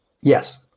yes